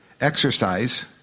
exercise